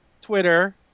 Twitter